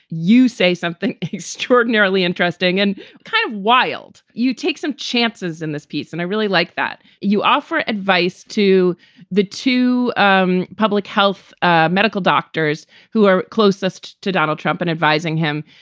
you say something extraordinarily interesting and kind of wild. you take some chances in this piece. and i really like that you offer advice to the two um public health ah medical doctors who are closest to donald trump and advising him.